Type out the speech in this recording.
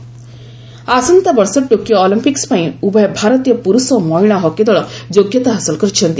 hockey ଆସନ୍ତାବଶର୍ଷ Tokyo Olympics ପାଇଁ ଉଭୟ ଭାରତୀୟ ପୁର୍ଷ ଓ ମହିଳା ହକି ଦଳ ଯୋଗ୍ୟତା ହାସଲ କରିଛନ୍ତି